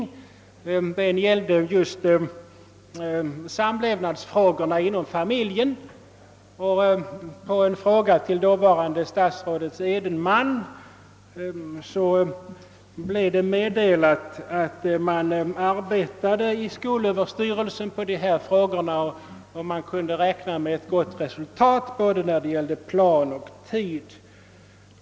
Motionen gällde just samlevnadsfrågorna inom familjen, och på en fråga året därpå meddelade dåvarande statsrådet Edenman att skolöverstyrelsen arbetade med denna sak och att man kunde räkna med ett gott resultat i fråga om både plan och tid.